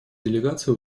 делегации